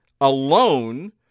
alone